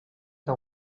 que